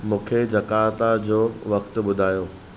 मूंखे जकार्ता जो वक़्तु ॿुधायो